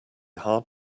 hard